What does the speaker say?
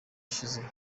ashize